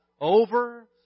over